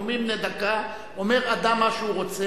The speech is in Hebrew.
בנאומים בני דקה אומר אדם מה שהוא רוצה.